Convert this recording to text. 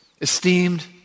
esteemed